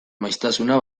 maiztasuna